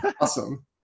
awesome